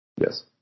Yes